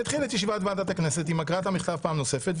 אני אתחיל את ישיבת ועדת הכנסת עם הקראת המכתב פעם נוספת,